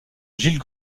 gilles